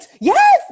Yes